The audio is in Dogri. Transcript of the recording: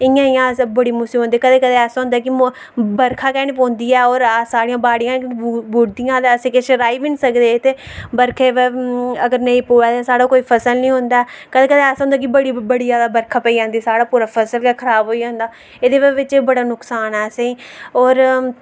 इयां इयां असेंगी बड़ियां मुसीबतां औदियां कदैं कदैं केह् होंदा कि बर्खां गै नी होंदियां साढ़ियां बाड़ियां गै नी बुड़दियां ते अस किश बी नी करी सकदे ते बर्खा नी पवै दे साढ़ै कोई फसल नी होंदी ऐ कदैं कदैं ऐसा होंदा कि बड़ी जादा बर्खा पेई जंदी ऐ ते साढ़ी फसल खराब होई जंदी ऐ एह्दी बजाह् बिच्च बड़ा नुक्सान ऐ असेंगी